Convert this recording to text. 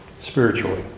spiritually